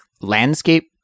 landscape